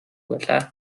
байлаа